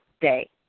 day